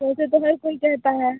तो ऐसे तो हर कोई कहता है